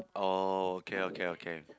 oh okay okay okay